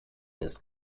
ist